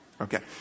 Okay